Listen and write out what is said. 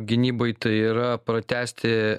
gynybai tai yra pratęsti